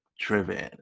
driven